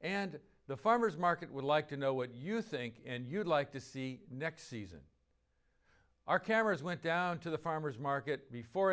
and the farmers market would like to know what you think and you'd like to see next season our cameras went down to the farmers market before